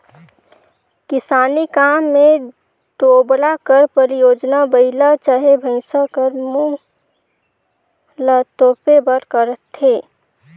किसानी काम मे तोबरा कर परियोग बइला चहे भइसा कर मुंह ल तोपे बर करथे